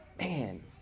man